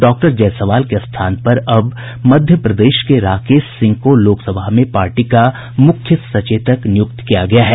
doctor Jaiswal के स्थान पर अब मध्य प्रदेश के राकेश सिंह को लोकसभा में पार्टी का मुख्य सचेतक नियुक्त किया गया है